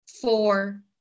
four